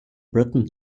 britain